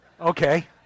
Okay